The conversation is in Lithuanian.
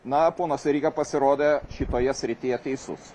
na ponas veryga pasirodė šitoje srityje teisus